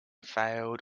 failed